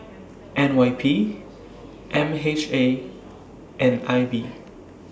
N Y P M H A and I B